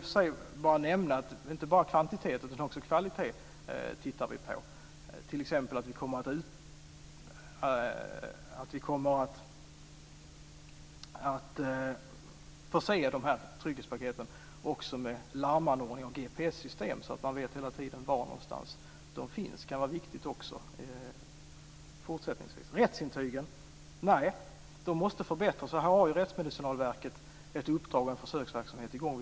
För övrigt kan jag nämna att vi ser inte bara till kvantiteten utan till kvaliteten. Vi kommer t.ex. att förse trygghetspaketen med larmanordning och GPS system så att man hela tiden vet var de finns. Det är viktigt också fortsättningsvis. Rättsintygen måste förbättras. Rättsmedicinalverket har där ett uppdrag, och en försöksverksamhet är i gång.